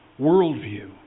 worldview